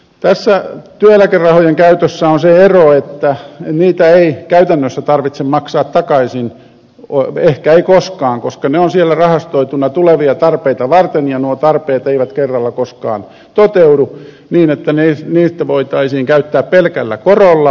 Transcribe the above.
tässä työeläkerahojen käytössä on se ero että niitä rahoja ei käytännössä tarvitse maksaa takaisin ehkä ei koskaan koska ne ovat siellä rahastoituina tulevia tarpeita varten ja nuo tarpeet eivät koskaan kerralla toteudu niin että niitä voitaisiin käyttää pelkällä korolla